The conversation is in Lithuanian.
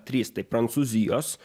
trys tai prancūzijos